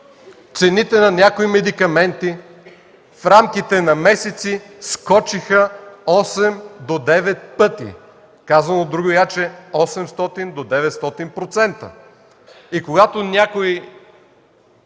цените на някои медикаменти в рамките на месеци скочиха осем до девет пъти! Казано другояче, 800 до 900%! Когато някой